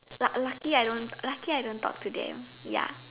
luck lucky I don't lucky I don't talk to them ya